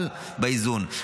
אבל באיזון.